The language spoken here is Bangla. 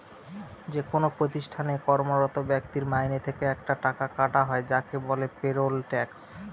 যেকোনো প্রতিষ্ঠানে কর্মরত ব্যক্তির মাইনে থেকে একটা টাকা কাটা হয় যাকে বলে পেরোল ট্যাক্স